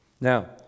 Now